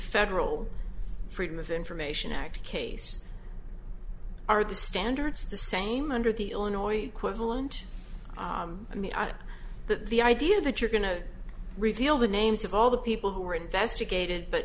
federal freedom of information act case are the standards the same under the illinois quibble and i mean that the idea that you're going to reveal the names of all the people who were investigated but